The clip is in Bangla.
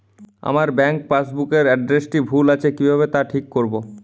আমার ব্যাঙ্ক পাসবুক এর এড্রেসটি ভুল আছে কিভাবে তা ঠিক করবো?